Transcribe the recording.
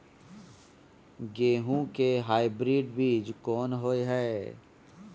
गेहूं के हाइब्रिड बीज कोन होय है?